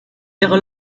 ihre